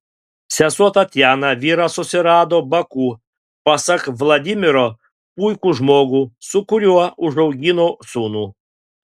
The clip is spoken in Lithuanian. sesuo tatjana vyrą susirado baku pasak vladimiro puikų žmogų su kuriuo užaugino sūnų